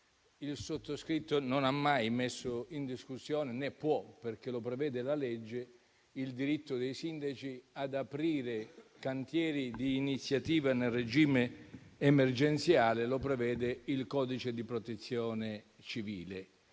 il sottoscritto non ha mai messo in discussione, né può perché lo prevede la legge, il diritto dei sindaci ad aprire cantieri di iniziativa, nel regime emergenziale, perché lo prevede il codice di protezione civile.